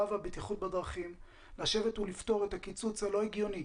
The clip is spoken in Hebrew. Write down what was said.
והבטיחות בדרכים לשבת ולפתור את הקיצוץ הלא הגיוני